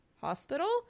hospital